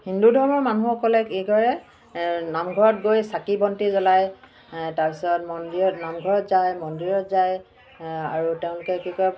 হিন্দু ধৰ্মৰ মানুহসকলে কি কৰে নামঘৰত গৈ চাকি বন্তি জ্বলায় তাৰপিছত মন্দিৰত নামঘৰত যায় মন্দিৰত যায় আৰু তেওঁলোকে কি কৰে